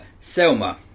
Selma